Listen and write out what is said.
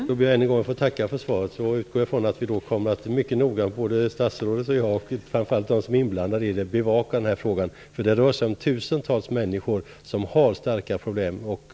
Fru talman! Låt mig än en gång få tacka för svaret. Jag utgår från att vi mycket noga - både statsrådet och jag och framför allt de som är inblandade - kommer att bevaka frågan. Det rör sig om tusentals människor som har stora problem.